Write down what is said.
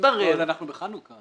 אנחנו מעבירים פה